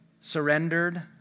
surrendered